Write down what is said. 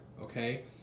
okay